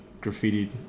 graffiti